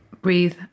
breathe